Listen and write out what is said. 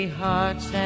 hearts